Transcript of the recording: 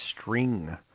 string